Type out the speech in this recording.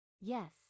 Yes